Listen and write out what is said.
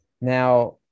now